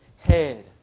head